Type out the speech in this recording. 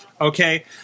Okay